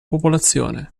popolazione